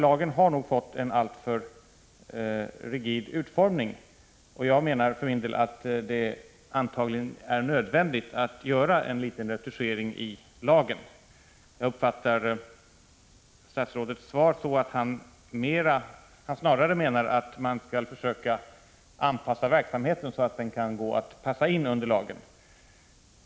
Lagen har nog fått en alltför rigid utformning, och jag menar för min del att det antagligen är nödvändigt att göra en liten retuschering i lagen. Jag uppfattar statsrådets svar så att han snarare menar att man skall försöka anpassa verksamheten så att den kan gå att föra in under lagen.